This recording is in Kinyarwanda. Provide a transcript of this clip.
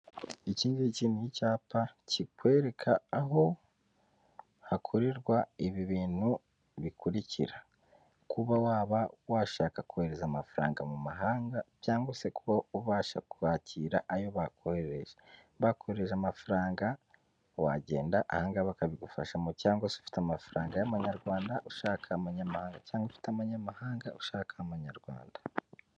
Ikingiki n'icyapa kikwereka aho hakorerwa ibi bintu bikurikira; kuba waba washaka kohereza amafaranga mu mahanga, cyangwa se kuba ubasha kwakira ayo bakohereje, bakohereje amafaranga wagenda ahangaha bakabigufashamo, cyangwa se ufite amafaranga y'amanyarwanda ushaka amanyamahanga, cyangwa ufitemanyamahanga ushaka amanyarwanda.